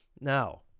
Now